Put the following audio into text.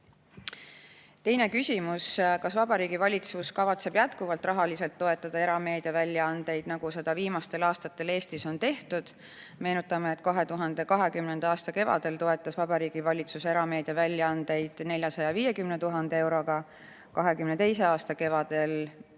Teine küsimus: "Kas Vabariigi Valitsus kavatseb jätkuvalt rahaliselt toetada erameedia väljaandeid, nagu seda viimastel aastatel Eestis on tehtud? Meenutame, et 2020. aasta kevadel toetas Vabariigi Valitsus erameedia väljaandeid 450 000 euroga, 2022. aasta kevadel